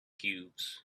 cubes